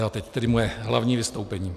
A teď tedy moje hlavní vystoupení.